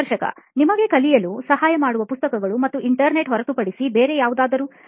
ಸಂದರ್ಶಕ ನಿಮಗೆ ಕಲಿಯಲು ಸಹಾಯ ಮಾಡಲು ಪುಸ್ತಕಗಳು ಮತ್ತು ಇಂಟರ್ನೆಟ್ ಹೊರತುಪಡಿಸಿ ಬೇರೆ ಯಾವುದಾದರೂ